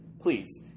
Please